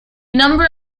number